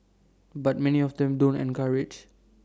but many of them don't encourage